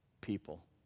people